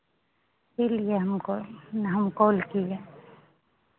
इसलिए हमको ना हम कॉल किए